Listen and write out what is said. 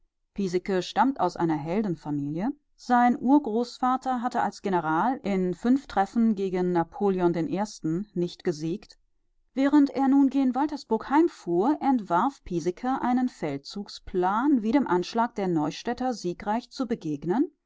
stammt aus einer heldenfamilie sein urgroßvater hatte als general in fünf treffen gegen napoleon i nicht gesiegt während er nun gen waltersburg heimfuhr entwarf piesecke einen feldzugsplan wie dem anschlag der neustädter siegreich zu begegnen